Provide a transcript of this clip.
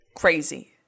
crazy